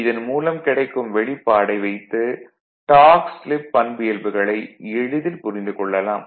இதன் மூலம் கிடைக்கும் வெளிப்பாடை வைத்து டார்க் ஸ்லிப் பண்பியல்புகளை எளிதில் புரிந்து கொள்ளலாம்